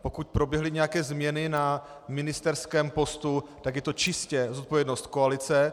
Pokud proběhly nějaké změny na ministerském postu, tak je to čistě zodpovědnost koalice.